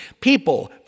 People